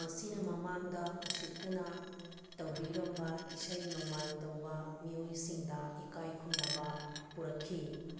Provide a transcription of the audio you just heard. ꯃꯁꯤꯅ ꯃꯃꯥꯡꯗ ꯎꯁꯤꯠꯇꯅ ꯇꯧꯕꯤꯔꯝꯕ ꯏꯁꯩ ꯅꯣꯡꯃꯥꯏ ꯇꯧꯕ ꯃꯤꯑꯣꯏꯁꯤꯡꯗ ꯏꯀꯥꯏ ꯈꯨꯝꯅꯕ ꯄꯨꯔꯛꯈꯤ